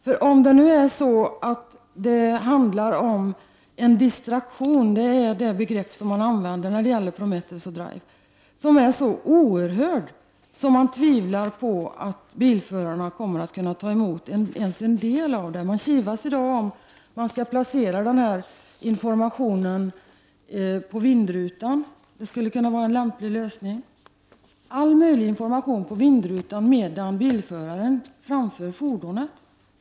Här handlar det om en distraktion. Det är det begrepp som används om Prometheus och Drive. Denna distraktion är så oerhörd att jag tvivlar på att bilförarna kommer att kunna ta del av ens en del av informationen. I dag kivas man om huruvida informationen skall placeras på vindrutan eller ej. En sådan placering skulle kunna vara en lämplig lösning, har det sagts. All möjlig information på vindrutan skall alltså komma medan bilföraren framför sitt fordon.